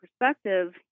perspective